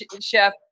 Chef